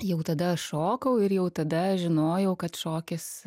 jau tada šokau ir jau tada žinojau kad šokis